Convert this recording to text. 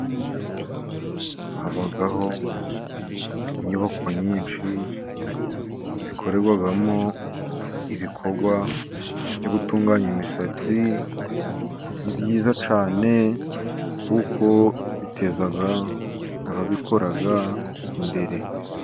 Habaho inyubako nyinshi zikorerwamo ibikorwa byo gutunganya imisatsi. Ni byiza cyane kuko biteza ababikora imbere.